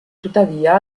tuttavia